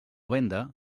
venda